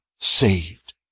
Saved